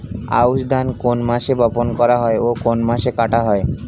আউস ধান কোন মাসে বপন করা হয় ও কোন মাসে কাটা হয়?